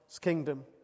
kingdom